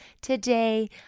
Today